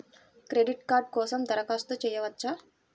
Credit card కోసం దరఖాస్తు చేయవచ్చా?